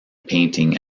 painting